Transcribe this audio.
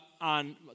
on